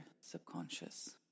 subconscious